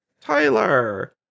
Tyler